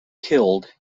killed